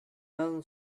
learn